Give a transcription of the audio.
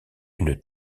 une